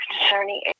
concerning